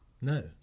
no